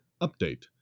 Update